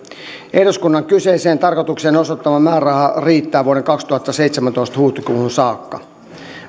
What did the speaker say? eduskunnan kyseiseen tarkoitukseen osoittama määräraha riittää vuoden kaksituhattaseitsemäntoista huhtikuuhun saakka